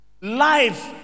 life